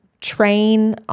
Train